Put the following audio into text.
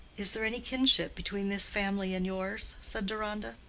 is there any kinship between this family and yours? said deronda.